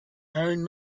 own